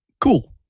cool